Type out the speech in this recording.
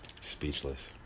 speechless